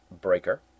Breaker